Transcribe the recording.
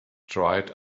dried